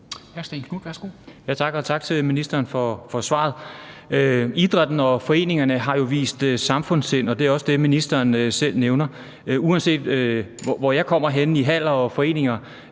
Tak. Og tak til ministeren for svaret. Idrætten og foreningerne har jo vist samfundssind, og det er jo også det, ministeren selv nævner. Uanset hvor jeg kommer henne i haller og i foreninger,